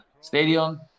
stadium